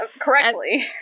correctly